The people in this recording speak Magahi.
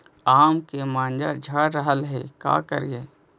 आम के मंजर झड़ रहले हे का करियै?